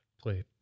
play